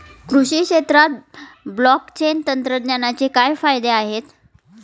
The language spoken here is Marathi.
कृषी क्षेत्रात ब्लॉकचेन तंत्रज्ञानाचे काय फायदे आहेत?